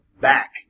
back